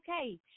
okay